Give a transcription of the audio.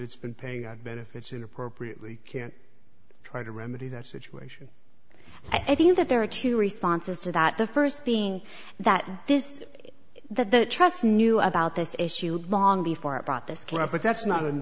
it's been paying benefits in appropriately can try to remedy that situation i think that there are two responses to that the first being that this is the trusts knew about this issue long before i brought this came up but that's not an